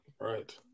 Right